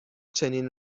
چنین